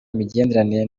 imigenderanire